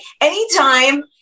anytime